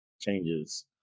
Changes